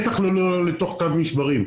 בטח לא לתוך קו משברים.